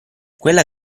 quella